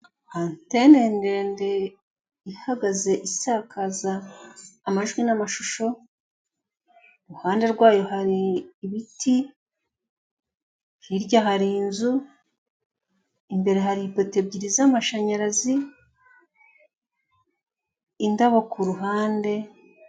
Antene ndende ihagaze isakaza amajwi n'amashusho, iruhande rwayo hari ibiti, hirya hari inzu, imbere hari ipoto ebyiri z'amashanyarazi, indabo ku ruhande.